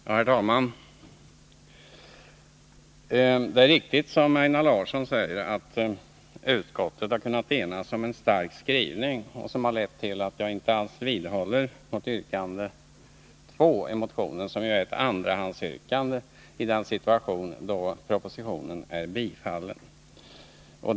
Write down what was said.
Herr talman! Det är riktigt, som Einar Larsson säger, att utskottet har kunnat enas om en stark skrivning. Det har lett till att jag inte alls vidhåller vårt yrkande 2 i motionen, som är ett andrahandsyrkande i den situation då propositionen är bifallen.